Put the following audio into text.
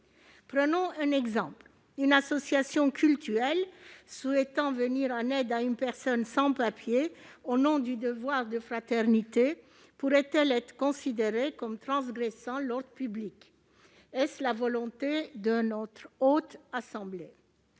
Prenons l'exemple d'une association cultuelle souhaitant venir en aide à une personne sans papiers au nom du devoir de fraternité. Pourrait-elle être considérée comme transgressant l'ordre public ? Est-ce la volonté de la Haute Assemblée ?